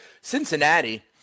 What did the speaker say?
Cincinnati